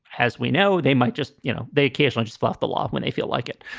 as we know, they might just you know, they occasionally just follow the law when they feel like it